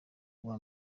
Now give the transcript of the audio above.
ubwa